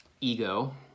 ego